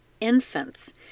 infants